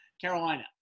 Carolina